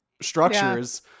structures